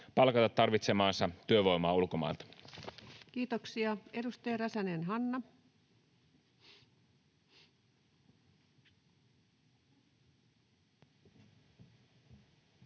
palkata tarvitsemaansa työvoimaa ulkomailta.” Kiitoksia. — Edustaja Räsänen, Hanna.